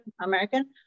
American